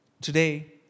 Today